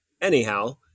anyhow